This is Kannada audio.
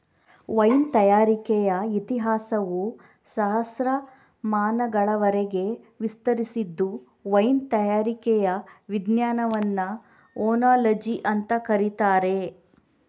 ವೈನ್ ತಯಾರಿಕೆಯ ಇತಿಹಾಸವು ಸಹಸ್ರಮಾನಗಳವರೆಗೆ ವಿಸ್ತರಿಸಿದ್ದು ವೈನ್ ತಯಾರಿಕೆಯ ವಿಜ್ಞಾನವನ್ನ ಓನಾಲಜಿ ಅಂತ ಕರೀತಾರೆ